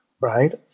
right